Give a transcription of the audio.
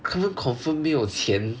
他们 confirm 没有钱